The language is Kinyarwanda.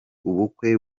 ubukwe